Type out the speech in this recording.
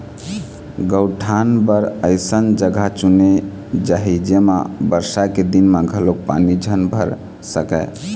गउठान बर अइसन जघा चुने जाही जेमा बरसा के दिन म घलोक पानी झन भर सकय